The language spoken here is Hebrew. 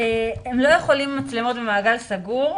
הם לא יכולים מצלמות במעגל סגור.